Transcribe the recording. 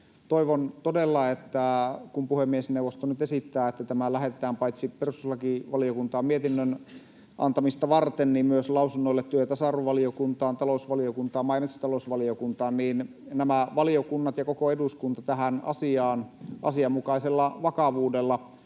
Toivon todella, että kun puhemiesneuvosto nyt esittää, että tämä lähetetään paitsi perustuslakivaliokuntaan mietinnön antamista varten myös lausunnoille työ- ja tasa-arvovaliokuntaan, talousvaliokuntaan, maa- ja metsätalousvaliokuntaan, niin nämä valiokunnat ja koko eduskunta paneutuvat tähän asiaan asianmukaisella vakavuudella.